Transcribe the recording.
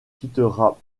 quittera